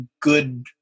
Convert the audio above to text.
good